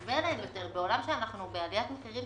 בעולם שבו אנחנו בעליית מחירים,